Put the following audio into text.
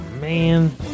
man